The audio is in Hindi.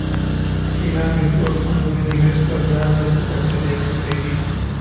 रीना म्यूचुअल फंड में निवेश पर ब्याज दर को कैसे देख सकेगी?